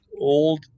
old